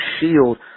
shield